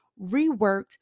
reworked